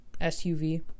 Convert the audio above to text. SUV